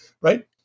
right